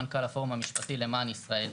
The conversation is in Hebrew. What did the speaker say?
מנכ"ל הפורום המשפטי למען ישראל.